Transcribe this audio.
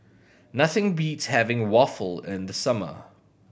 nothing beats having waffle in the summer